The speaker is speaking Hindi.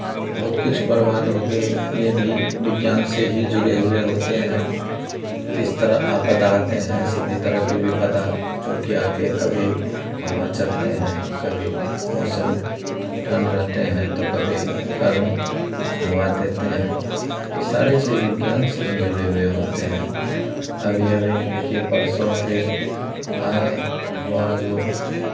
बहुत कुछ बर्बाद हो गये ये भी विज्ञान से भी जुड़े हुए होते हैं किस तरह से आपदा आते हैं सभी तरह के विपदा जोकि आके कभी हवा चलते हैं कभी मौसम ठंड रहते हैं तो कभी गर्म हवा देते हैं ये सारे चीज़ विज्ञान से ही जुड़े हुए होते हैं अभी अभी देखिए परसों फिर आए हवा जो